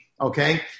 okay